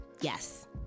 Yes